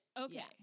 Okay